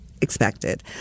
expected